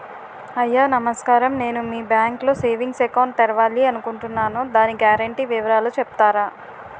అయ్యా నమస్కారం నేను మీ బ్యాంక్ లో సేవింగ్స్ అకౌంట్ తెరవాలి అనుకుంటున్నాను దాని గ్యారంటీ వివరాలు చెప్తారా?